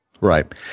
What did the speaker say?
Right